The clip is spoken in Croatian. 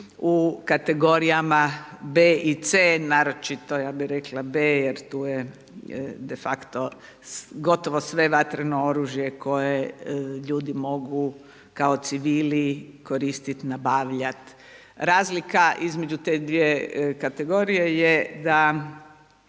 u kategorijama B i C naročito ja bih rekla B jer tu je de facto gotovo sve vatreno oružje koje ljudi mogu kao civili koristiti, nabavljati. Razlika između te dvije kategorije je da